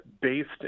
based